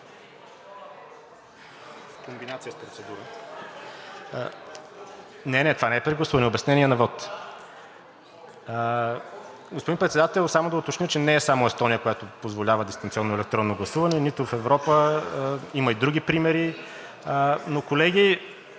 БОЖАНОВ (ДБ): Не, това не е прегласуване – обяснение на вот. Господин Председател, само да уточня, че не е само Естония, която позволява дистанционно електронно гласуване, нито в Европа – има и други примери. Но, колеги…